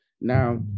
Now